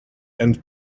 and